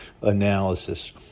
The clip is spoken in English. analysis